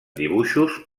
dibuixos